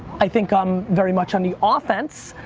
i think i'm very much on the offense,